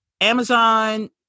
Amazon